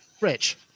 rich